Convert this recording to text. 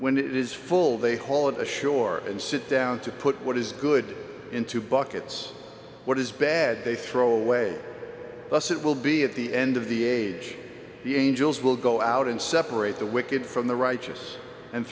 when it is full they haul it ashore and sit down to put what is good into buckets what is bad they throw away thus it will be at the end of the age the angels will go out and separate the wicked from the righteous and